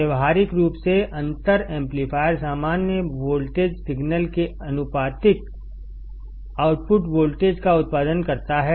व्यावहारिक रूप से अंतर एम्पलीफायर सामान्य वोल्टेज सिग्नल के आनुपातिक आउटपुट वोल्टेज का उत्पादन करता है